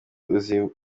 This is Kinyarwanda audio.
bizimungu